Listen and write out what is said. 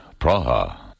Praha